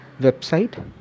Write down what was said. website